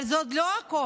אבל זה עוד לא הכול: